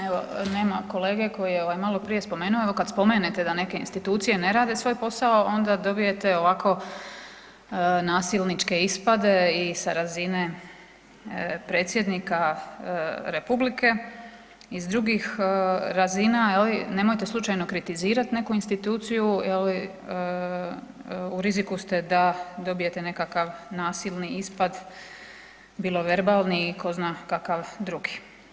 Evo nema kolege koji je ovaj maloprije spomenuo, evo kad spomenete da neke institucije ne rade svoj posao, onda dobijete ovako nasilničke ispade i sa razine predsjednika republike i s drugih razina je li, nemojte slučajno kritizirat neku instituciju je li u riziku ste da dobijete nekakav nasilni ispad bilo verbalni i ko zna kakav drugi.